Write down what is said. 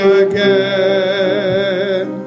again